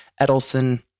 Edelson